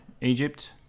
Egypt